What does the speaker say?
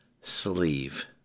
sleeve